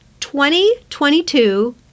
2022